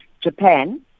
Japan